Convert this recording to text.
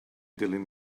dilyn